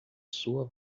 sua